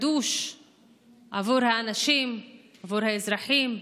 קדוש עבור האנשים, עבור האזרחים,